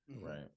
Right